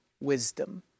wisdom